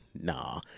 nah